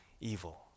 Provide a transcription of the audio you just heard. evil